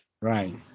Right